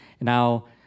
Now